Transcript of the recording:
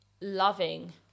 loving